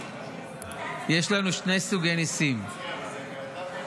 יש שני סוגי ניסים בחג החנוכה.